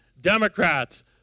Democrats